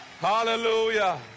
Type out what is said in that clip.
hallelujah